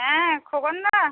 হ্যাঁ খোকনদা